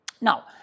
Now